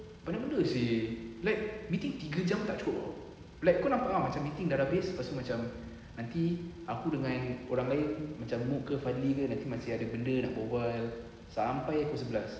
banyak benda seh like meeting tiga jam tak cukup [tau] like kau nampak ah meeting dah habis lepas tu macam nanti aku dengan orang lain macam mok ke fadli nanti masih ada benda nak berbual sampai pukul sebelas